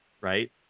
right